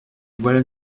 voilà